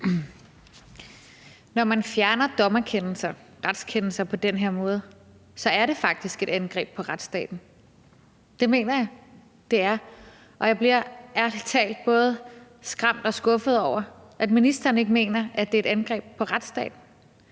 Når man fjerner dommerkendelser, retskendelser på den her måde, er det faktisk et angreb på retsstaten. Det mener jeg det er, og jeg bliver ærlig talt både skræmt og skuffet over, at ministeren ikke mener, at det er et angreb på retsstaten.